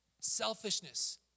selfishness